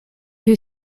two